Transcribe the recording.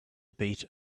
beat